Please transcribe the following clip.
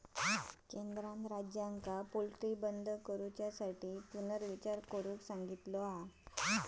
केंद्रान राज्यांका पोल्ट्री बंद करूबाबत पुनर्विचार करुक सांगितलानी